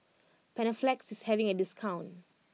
Panaflex is having a discount